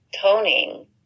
toning